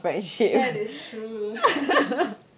that is true